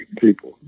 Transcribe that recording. people